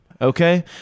Okay